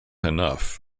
enough